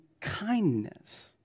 kindness